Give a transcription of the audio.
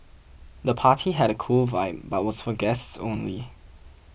the party had a cool vibe but was for guests only